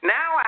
Now